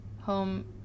home